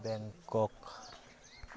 Bangkok